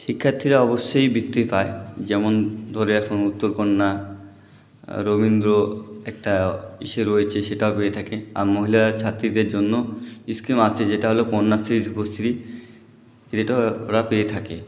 শিক্ষার্থীরা অবশ্যই বৃত্তি পায় যেমন ধরে রাখুন উত্তরকন্যা রবীন্দ্র একটা ইশে রয়েছে সেটা পেয়ে থাকে আর মহিলা ছাত্রীদের জন্য স্কিম আছে যেটা হলো কন্যাশ্রী রূপশ্রী এটা ওরা পেয়ে থাকে